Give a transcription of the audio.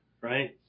right